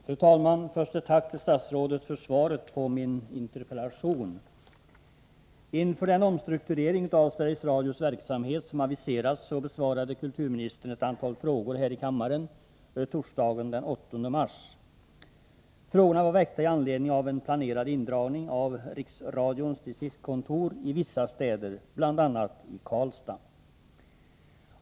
Fru talman! Först ett tack till statsrådet för svaret på min interpellation. Inför den omstrukturering av Sveriges Radios verksamhet som aviserats besvarade kulturministern ett antal frågor här i kammaren torsdagen den 8 mars. Frågorna var väckta med anledning av en planerad indragning av Riksradions distriktskontor i vissa städer, bl.a. i Karlstad.